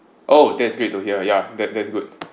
oh that's great to hear ya that that's good